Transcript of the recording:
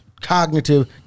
Cognitive